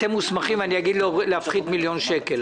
אני שואל: אתם מוסמכים להפחית מיליון שקל?